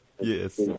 yes